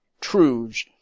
truths